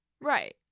Right